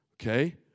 Okay